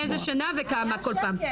מאיזו שנה וכמה כל פעם.